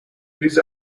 these